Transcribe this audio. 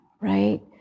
right